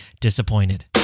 disappointed